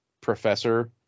professor